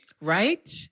Right